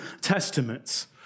testaments